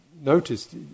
noticed